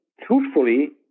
truthfully